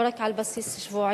לא רק על בסיס שבועי,